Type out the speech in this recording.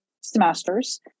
semesters